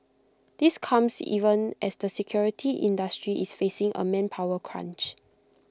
this comes even as the security industry is facing A manpower crunch